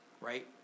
right